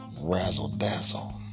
razzle-dazzle